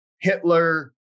Hitler